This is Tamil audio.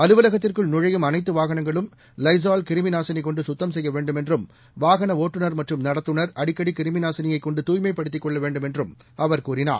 அலுவலகத்திற்குள் நுழையும் அளைத்துவாகனங்களும் லைசால் கிருமிநாசினிகொண்டுசுத்தம் செய்யவேண்டும் என்றும் வாகனஒட்டுநா் மற்றும் நடத்துனா் அடிக்கடிகிருமிநாசினியைகொண்டு தூய்மைப்படுத்திகொள்ளவேண்டும் என்றும் அவர் கூறினார்